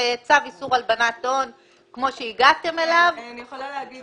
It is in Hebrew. איסור הלבנת הון ונקבע ממונה שהוא עושה את